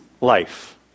life